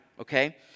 Okay